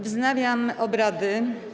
Wznawiam obrady.